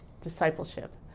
discipleship